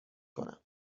کنم